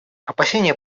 опасения